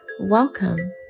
welcome